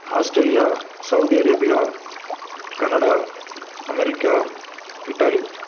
Australia Saudi Arabia Canada America Italy